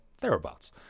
Thereabouts